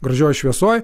gražioj šviesoj